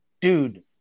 dude